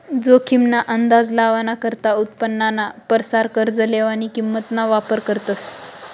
जोखीम ना अंदाज लावाना करता उत्पन्नाना परसार कर्ज लेवानी किंमत ना वापर करतस